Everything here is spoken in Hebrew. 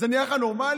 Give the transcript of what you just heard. זה נראה לך נורמלי,